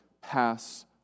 Pass